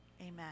Amen